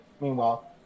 Meanwhile